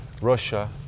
Russia